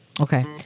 Okay